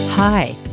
Hi